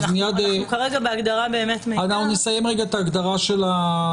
נסיים את הסבב של ההגדרה של המידע,